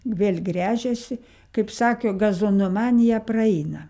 vėl gręžiasi kaip sakė gazonomanija praeina